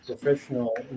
professional